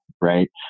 right